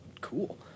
Cool